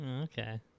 Okay